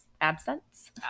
Absence